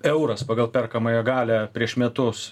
euras pagal perkamąją galią prieš metus